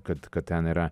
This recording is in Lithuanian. kad kad ten yra